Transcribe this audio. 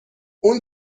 اون